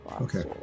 Okay